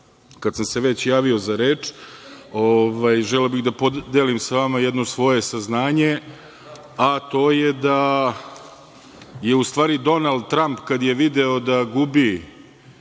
sam se već javio za reč, želeo bih da podelim sa vama jedno svoje saznanje, a to je da je u stvari Donald Tramp, kada je video da gubi